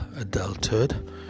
adulthood